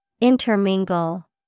Intermingle